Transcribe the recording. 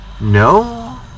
No